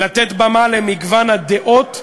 לתת במה למגוון הדעות,